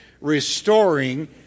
restoring